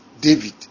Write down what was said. David